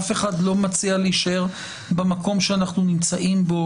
אף אחד לא מציע להישאר במקום שאנחנו נמצאים בו,